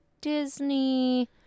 disney